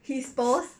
his post